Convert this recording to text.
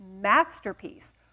masterpiece